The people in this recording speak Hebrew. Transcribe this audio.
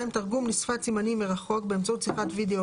תרגום לשפת סימנים מרחוק באמצעות שיחת וידאו